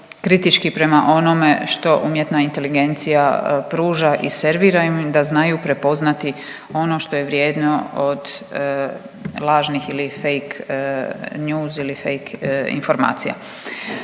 kritički prema onome što umjetna inteligencija pruža i servira im da znaju prepoznati ono što je vrijedno od lažnih ili fake news ili fake informacija.